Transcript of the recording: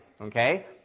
okay